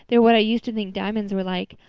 they are what i used to think diamonds were like.